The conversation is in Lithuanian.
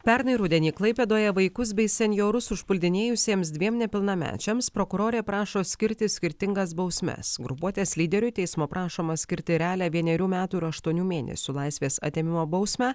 pernai rudenį klaipėdoje vaikus bei senjorus užpuldinėjusiems dviem nepilnamečiams prokurorė prašo skirti skirtingas bausmes grupuotės lyderiui teismo prašoma skirti realią vienerių metų ir aštuonių mėnesių laisvės atėmimo bausmę